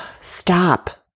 stop